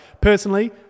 personally